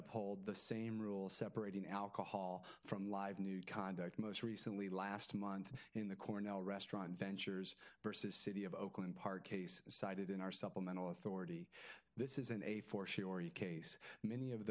uphold the same rule separating alcohol from live new conduct most recently last month in the cornell restaurant ventures versus city of oakland park case cited in our supplemental authority this is an a for sure he case many of